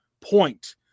point